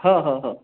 हां हां हां